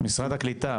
משרד הקליטה,